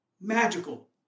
magical